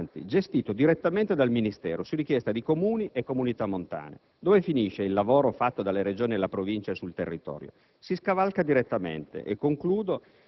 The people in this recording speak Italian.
per il reticolo idrografico e i versanti, gestite direttamente dal Ministero, su richiesta dei Comuni e comunità montane. Dove finisce il lavoro fatto dalle Regioni e dalla Provincia sul territorio?